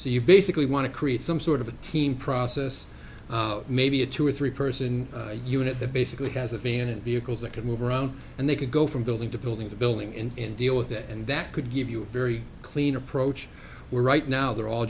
so you basically want to create some sort of a team process maybe a two or three person unit that basically has a van and vehicles that can move around and they could go from building to building to building and deal with it and that could give you a very clean approach were right now they're all